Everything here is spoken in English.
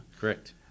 correct